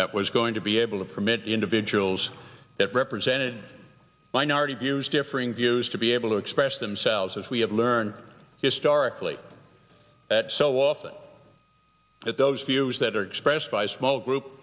that was going to be able to permit individuals that represented minority views differing views to be able to express themselves as we have learned historically that so often that those views that are expressed by a small group